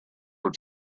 were